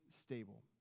stable